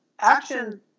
Action